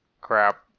crap